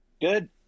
Good